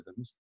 algorithms